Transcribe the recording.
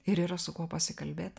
ir yra su kuo pasikalbėt